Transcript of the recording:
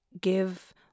give